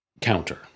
counter